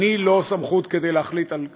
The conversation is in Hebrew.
אני לא סמכות להחליט על כישוריו,